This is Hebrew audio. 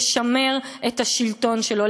לשמר את השלטון שלו,